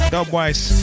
Dubwise